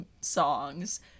songs